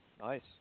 Nice